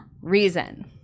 reason